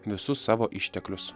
visus savo išteklius